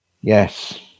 Yes